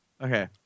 Okay